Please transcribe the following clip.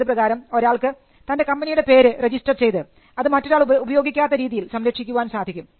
അതുപ്രകാരം ഒരാൾക്ക് തൻറെ കമ്പനിയുടെ പേര് രജിസ്റ്റർ ചെയ്തു അത് മറ്റൊരാൾ ഉപയോഗിക്കാത്ത രീതിയിൽ സംരക്ഷിക്കുവാൻ സാധിക്കും